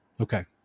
okay